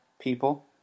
people